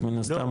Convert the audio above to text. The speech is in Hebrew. אז מן הסתם- לא,